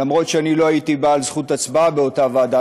למרות שאני לא הייתי בעל זכות הצבעה באותה ועדה,